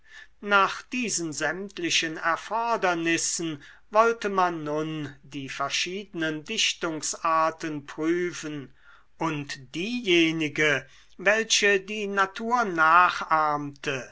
nach diesen sämtlichen erfordernissen wollte man nun die verschiedenen dichtungsarten prüfen und diejenige welche die natur nachahmte